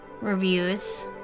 reviews